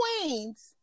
queens